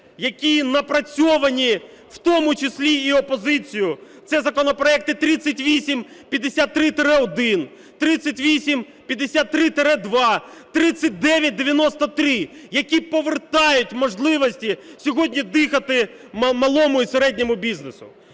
які напрацьовані, в тому числі і опозицією. Це законопроекти 3853-1, 3853-2, 3993, які повертають можливості сьогодні дихати малому і середньому бізнесу.